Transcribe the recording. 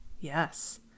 Yes